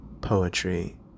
Poetry